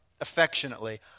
affectionately